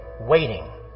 waiting